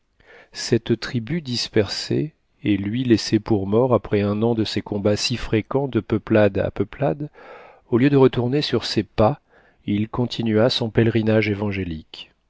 cette tribu dispersée et lui laissé pour mort après un de ces combats si fréquents de peuplade à peuplade au lieu de retourner sur ses pas il continua son pèlerinage évangélique